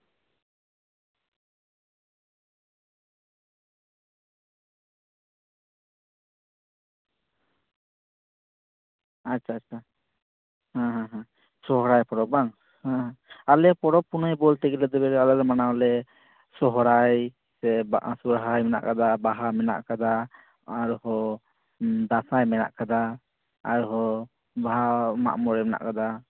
ᱟᱪᱪᱷᱟ ᱟᱪᱪᱷᱟ ᱦᱮᱸ ᱦᱮᱸ ᱦᱮᱸ ᱥᱚᱨᱦᱟᱭ ᱯᱚᱨᱚᱵᱽ ᱵᱟᱝ ᱦᱮᱸ ᱟᱞᱮ ᱯᱚᱨᱚᱵᱽ ᱯᱩᱱᱟᱹᱭ ᱵᱚᱞᱛᱮ ᱜᱮᱞᱮ ᱫᱚ ᱟᱞᱮ ᱫᱚ ᱢᱟᱱᱟᱣᱟᱞᱮ ᱥᱚᱨᱦᱟᱭ ᱵᱟᱦᱟ ᱥᱚᱨᱦᱟᱭ ᱢᱮᱱᱟᱜ ᱠᱟᱫᱟ ᱵᱟᱦᱟ ᱢᱮᱱᱟᱜ ᱠᱟᱫᱟ ᱟᱨᱦᱚᱸ ᱫᱟᱸᱥᱟᱭ ᱢᱮᱱᱟᱜ ᱠᱟᱫᱟ ᱟᱨᱦᱚᱸ ᱵᱟᱦᱟ ᱢᱟᱜᱼᱢᱚᱬᱮ ᱢᱮᱱᱟᱜ ᱠᱟᱫᱟ